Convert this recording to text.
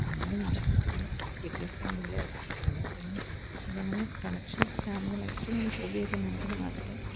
അങ്ങനെയൊന്നും ചെയ്തിട്ടില്ല കിട്ടിയ സ്റ്റാമ്പുകളെ അടുക്കിയിട്ടുണ്ട് പിന്നെ അതങ്ങനെ കളക്ഷൻ സ്റ്റാമ്പ് കളക്ഷൻ ഒരു ഹോബി ആക്കിക്കൊണ്ട് നടക്കുന്ന കാലത്ത്